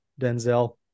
Denzel